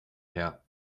her